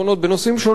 בנושאים שונים,